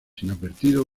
inadvertido